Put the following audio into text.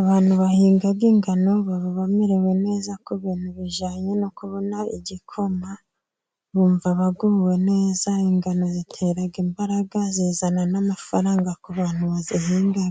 abantu bahinga ingano baba bamerewe neza ku bintu bijyanye no kubona igikoma, bumva baguwe neza, ingano zitera imbaraga zizana n'amafaranga ku bantu bazihinga.